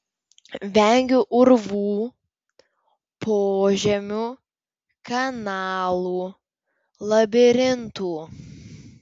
vengiu urvų požemių kanalų labirintų